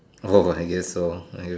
oh I guess so I